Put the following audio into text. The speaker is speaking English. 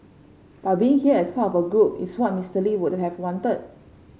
but being here as part of a group is what Mister Lee would have wanted